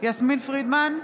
יסמין פרידמן,